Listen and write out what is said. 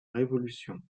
révolution